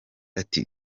ati